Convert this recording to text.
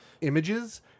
images